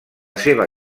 seva